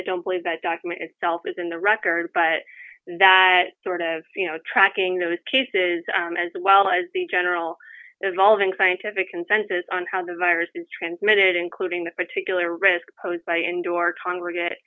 i don't believe that document itself is in the record but that sort of you know tracking those cases as well as the general evolving scientific consensus on how the virus is transmitted including the particular risk posed by indoor congrega